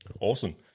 Awesome